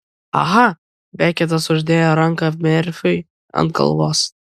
aha beketas uždėjo ranką merfiui ant galvos